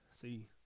see